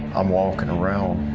i'm walking around